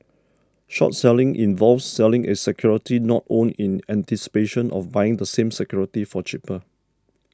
short selling involves selling a security not owned in anticipation of buying the same security for cheaper